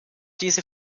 diese